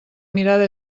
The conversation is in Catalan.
mirada